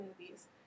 Movies